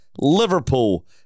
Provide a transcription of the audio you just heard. liverpool